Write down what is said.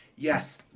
Yes